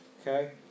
okay